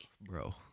Bro